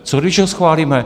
Co když ho schválíme?